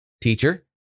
Teacher